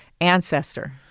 ancestor